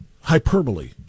hyperbole